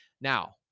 now